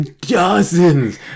dozens